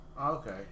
Okay